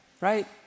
right